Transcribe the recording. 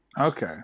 okay